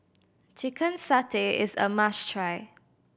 chicken satay is a must try